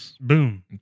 Boom